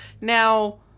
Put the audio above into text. Now